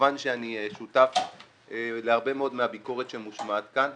כמובן שאני שותף להרבה מאוד מהביקורת שמושמעת כאן.